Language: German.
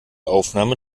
aufnahme